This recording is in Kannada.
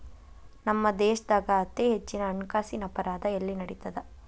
ನಮ್ಮ ದೇಶ್ದಾಗ ಅತೇ ಹೆಚ್ಚ ಹಣ್ಕಾಸಿನ್ ಅಪರಾಧಾ ಎಲ್ಲಿ ನಡಿತದ?